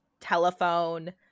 telephone